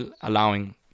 allowing